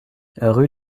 rue